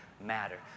matter